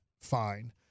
fine